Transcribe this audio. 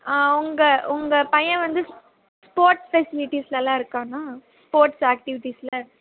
ஆ உங்கள் உங்கள் பையன் வந்து ஸ்போர்ட்ஸ் ஃபெஸ்லிட்டிஸ்லலாம் இருக்கானா ஸ்போர்ட்ஸ் ஆக்டிவிட்டீஸில்